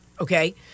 okay